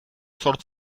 zor